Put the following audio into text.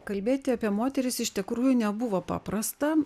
kalbėti apie moteris iš tikrųjų nebuvo paprasta